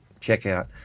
checkout